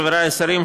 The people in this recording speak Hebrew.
חבריי השרים,